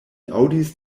aŭdis